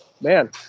Man